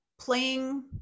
playing